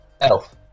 Elf